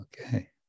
Okay